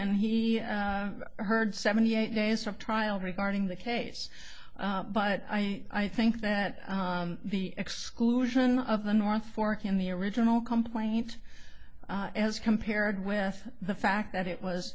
and he heard seventy eight days of trial regarding the case but i i think that the exclusion of the north fork in the original complaint as compared with the fact that it was